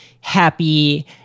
happy